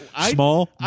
Small